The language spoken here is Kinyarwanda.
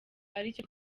aricyo